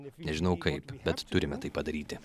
nežinau kaip bet turime tai padaryti